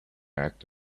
act